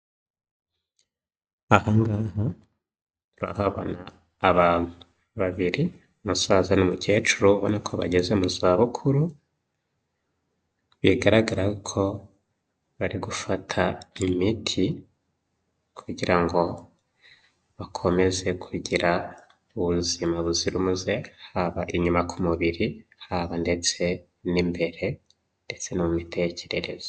Aha ngaha turahabona abantu babiri, umusaza n'umukecuru, ubona ko bageze mu zabukuru, bigaragara ko bari gufata imiti, kugira ngo bakomeze kugira ubuzima buzira umuze, haba inyuma ku mubiri haba ndetse n'imbere ndetse no mu mitekerereze.